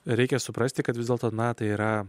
reikia suprasti kad vis dėlto natai yra